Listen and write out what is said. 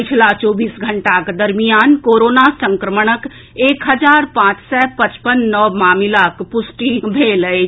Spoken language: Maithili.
पछिला चौबीस घंटाक दरमियान कोरोना संक्रमणक एक हजार पांच सय पचपन नव मामिलाक पुष्टि भेल अछि